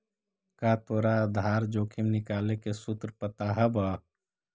का तोरा आधार जोखिम निकाले के सूत्र पता हवऽ?